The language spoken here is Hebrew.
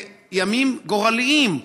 אלה ימים גורליים,